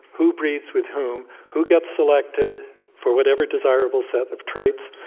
who breeds with whom, who gets selected for whatever desirable set of traits,